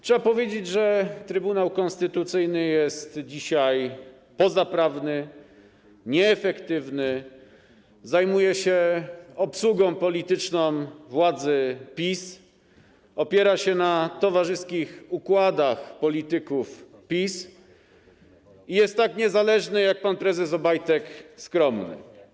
Trzeba powiedzieć, że Trybunał Konstytucyjny jest dzisiaj pozaprawny, nieefektywny, zajmuje się obsługą polityczną władzy PiS, opiera się na towarzyskich układach polityków PiS i jest tak niezależny, jak pan prezes Obajtek jest skromny.